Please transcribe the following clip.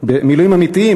מילואים אמיתיים,